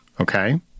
Okay